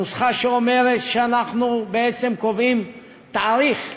הנוסחה שאומרת שאנחנו בעצם קובעים תאריך מאוחר,